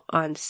on